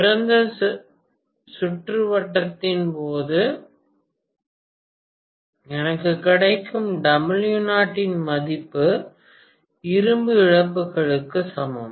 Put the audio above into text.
திறந்த சுற்றுவட்டத்தின் போது எனக்கு கிடைக்கும் W0 மதிப்பு இரும்பு இழப்புகளுக்கு சமம்